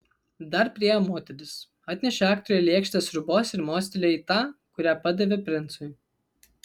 dar priėjo moteris atnešė aktoriui lėkštę sriubos ir mostelėjo į tą kurią padavė princui